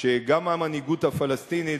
שגם המנהיגות הפלסטינית,